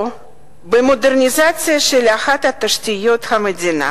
או במודרניזציה של אחת מתשתיות המדינה,